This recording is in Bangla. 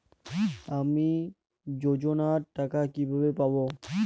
আমি যোজনার টাকা কিভাবে পাবো?